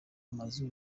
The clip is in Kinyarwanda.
amazu